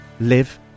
live